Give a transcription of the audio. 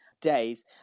days